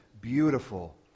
beautiful